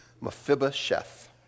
Mephibosheth